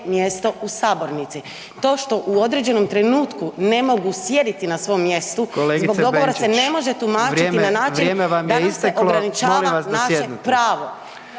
mjesto u sabornici. To što u određenom trenutku ne mogu sjediti na svom mjestu …/Upadica: Kolegice Benčić,/… zbog dogovora se ne može tumačiti na način da nam se ograničava …/Upadica: